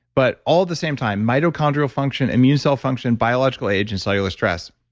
but all the same time, mitochondrial function, immune cell function, biological age and cellular stress.